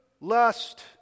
lust